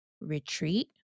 retreat